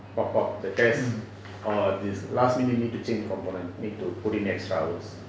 pop up the test or this last minute need to change component need to put in extra hours